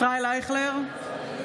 (קוראת בשמות חברי הכנסת) ישראל אייכלר,